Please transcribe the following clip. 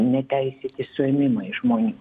neteisėti suėmimai žmonių